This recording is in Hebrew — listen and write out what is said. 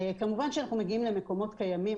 כמובן שאנחנו מגיעים למקומות קיימים.